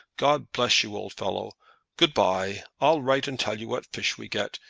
god bless you, old fellow good-by! i'll write and tell you what fish we get,